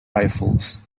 rifles